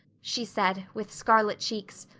she said, with scarlet cheeks,